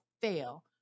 fail